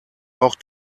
auch